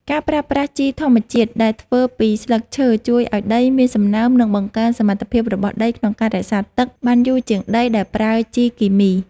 ការប្រើប្រាស់ជីធម្មជាតិដែលធ្វើពីស្លឹកឈើជួយឱ្យដីមានសំណើម និងបង្កើនសមត្ថភាពរបស់ដីក្នុងការរក្សាទឹកបានយូរជាងដីដែលប្រើជីគីមី។